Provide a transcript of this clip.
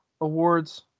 awards